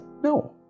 No